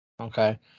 Okay